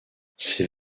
ces